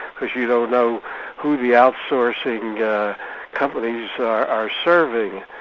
because you don't know who the outsourcing companies are serving.